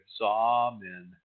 Amen